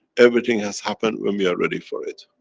everything has happened, when we are ready for it.